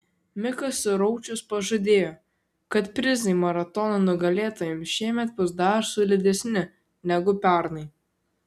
mikas suraučius pažadėjo kad prizai maratono nugalėtojams šiemet bus dar solidesni negu pernai